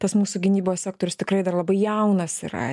tas mūsų gynybos sektorius tikrai dar labai jaunas yra